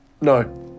no